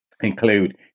include